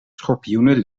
schorpioenen